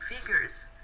figures